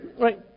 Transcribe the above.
right